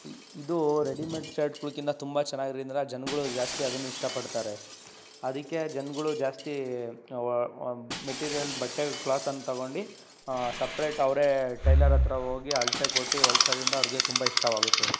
E ಇದು readymade ಶರ್ಟ್ಗುಳ್ಕಿನ್ನ ತುಂಬ ಚೆನಾಗಿರೊದ್ರಿಂದ ಜನಗಳು ಜಾಸ್ತಿ ಅದನ್ನು ಇಷ್ಟಪಡ್ತಾರೆ ಅದಕ್ಕೆ ಜನಗಳು ಜಾಸ್ತಿ ಮೆಟೀರಿಯಲ್ ಬಟ್ಟೆ ಕ್ಲಾತನ್ನು ತಗೊಂಡು ಸಪ್ರೇಟ್ ಅವರೇ ಟೈಲರ್ ಹತ್ತಿರ ಹೋಗಿ ಅಳತೆ ಕೊಟ್ಟು ಹೊಲ್ಸದಿಂದ ಅವರಿಗೆ ತುಂಬ ಇಷ್ಟವಾಗುತ್ತೆ